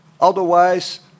Otherwise